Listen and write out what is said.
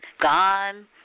Gone